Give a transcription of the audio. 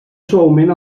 suaument